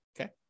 okay